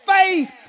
faith